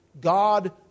God